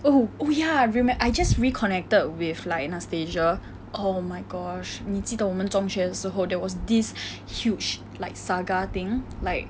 oh oh ya I remem~ I just reconnected with like anastasia oh my gosh 你记得我们中学之后 there was this huge like saga thing like